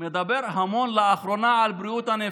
מדבר לאחרונה המון על בריאות הנפש,